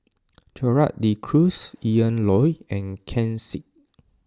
Gerald De Cruz Ian Loy and Ken Seet